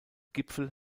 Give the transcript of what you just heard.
gipfel